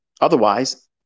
Otherwise